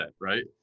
Right